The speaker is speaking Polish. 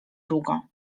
długo